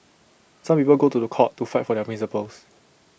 some people go to The Court to fight for their principles